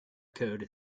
code